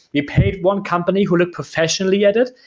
you paid one company who looked professionally at it.